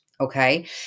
Okay